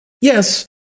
Yes